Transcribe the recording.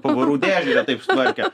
pavarų dėžę ne taip sutvarkė